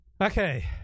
Okay